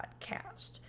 podcast